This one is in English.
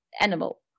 animal